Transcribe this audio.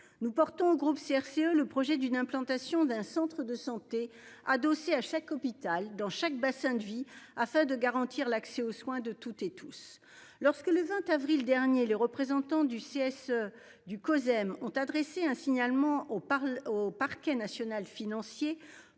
nous portons groupe CRCE le projet d'une implantation d'un centre de santé adossé à chaque hôpital dans chaque bassin de vie afin de garantir l'accès aux soins de toutes et tous. Lorsque le 20 avril dernier, les représentants du CSE du Cosem ont adressé un signalement au parle au parquet national financier